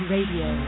Radio